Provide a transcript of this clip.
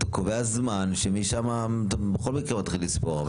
אתה קובע זמן שמשם בכל מקרה מתחילים לספור.